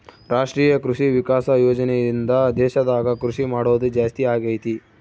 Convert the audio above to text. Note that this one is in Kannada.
ರಾಷ್ಟ್ರೀಯ ಕೃಷಿ ವಿಕಾಸ ಯೋಜನೆ ಇಂದ ದೇಶದಾಗ ಕೃಷಿ ಮಾಡೋದು ಜಾಸ್ತಿ ಅಗೈತಿ